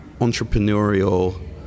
entrepreneurial